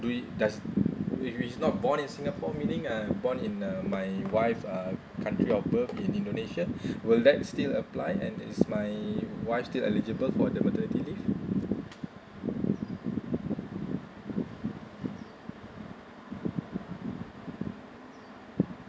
do it does if it's not born in singapore meaning uh born in uh my wife uh country of birth in indonesia will that still apply and is my wife still eligible for the maternity leave